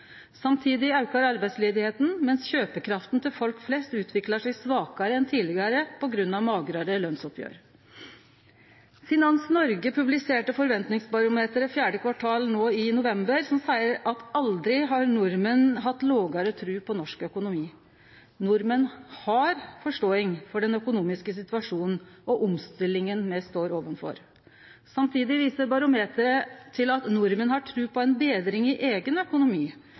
Samtidig aukar arbeidsløysa mens kjøpekrafta til folk flest utviklar seg svakare enn tidlegare på grunn av magrare lønnsoppgjer. Finans Norge publiserte Forventningsbarometeret 4. kvartal no i november, som seier at aldri har nordmenn hatt mindre tru på norsk økonomi. Nordmenn har forståing for den økonomiske situasjonen og omstillingane me står overfor. Samtidig viser barometeret at nordmenn har tru på ei betring i eigen økonomi,